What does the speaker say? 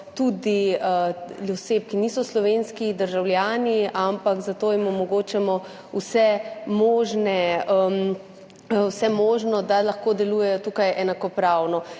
veliko oseb, ki niso slovenski državljani, ampak jim omogočamo vse možno, da lahko delujejo tukaj enakopravno.